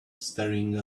staring